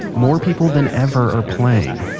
more people than ever are playing,